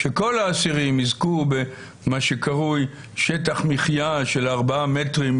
שכל האסירים יזכו במה שקרוי שטח מחיה של ארבעה מטרים,